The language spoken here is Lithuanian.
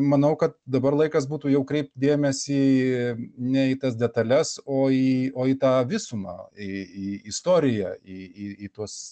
manau kad dabar laikas būtų jau kreipti dėmesį į ne į tas detales o į o į tą visumą į į istoriją į į į tuos